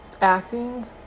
acting